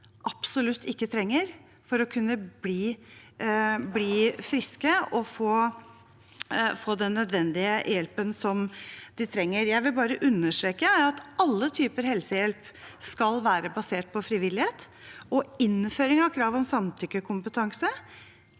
absolutt ikke trenger for å kunne bli friske og få den nødvendige hjelpen som de trenger. Jeg vil bare understreke at alle typer helsehjelp skal være basert på frivillighet, og innføring av krav om samtykkekompetanse